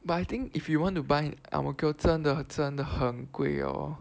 but I think if you want to buy Ang Mo Kio 真的真的很贵 lor